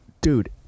Dude